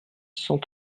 cent